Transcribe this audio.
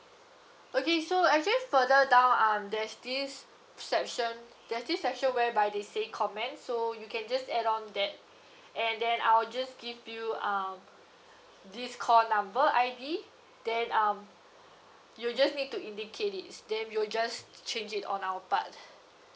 okay so actually further down um there's this section there's this section whereby they say comments so you can just add on that and then I'll just give you um this call number I_D then um you just need to indicate it then we'll just change it on our part